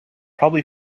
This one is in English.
probably